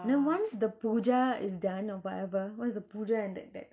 then once the pooja is done or whatever once the pooja and that that